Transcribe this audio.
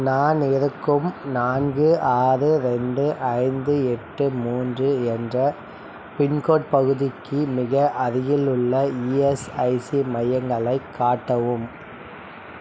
நான் இருக்கும் நான்கு ஆறு ரெண்டு ஐந்து எட்டு மூன்று என்ற பின்கோடு பகுதிக்கு மிக அருகிலுள்ள இஎஸ்ஐசி மையங்களை காட்டவும்